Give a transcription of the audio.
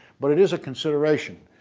but it is a consideration,